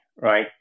right